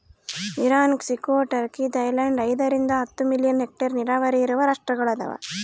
Iran Mexico Turkey Thailand ಐದರಿಂದ ಹತ್ತು million hectare ನೀರಾವರಿ ಇರುವ ರಾಷ್ಟ್ರಗಳದವ